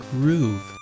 groove